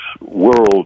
world